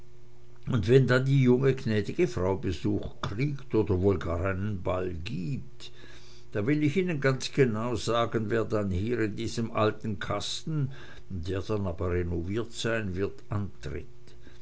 und wenn dann die junge gnädige frau besuch kriegt oder wohl gar einen ball gibt da will ich ihnen ganz genau sagen wer dann hier in diesem alten kasten der dann aber renoviert sein wird antritt